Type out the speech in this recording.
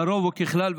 לרוב או ככלל,